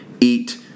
eat